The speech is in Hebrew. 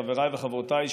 חבריי וחברותיי,